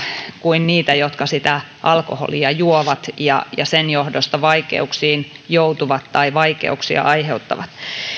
kuin niitä jotka sitä alkoholia juovat ja sen johdosta vaikeuksiin joutuvat tai vaikeuksia aiheuttavat